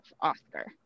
oscar